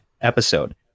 episode